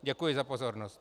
Děkuji za pozornost.